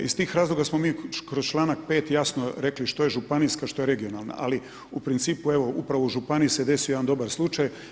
Iz tih razloga smo mi kroz članak 5. jasno rekli što je županijska, što je regionalna, ali u principu upravo u županiji se desio jedan dobar slučaj.